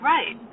Right